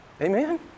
Amen